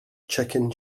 chicken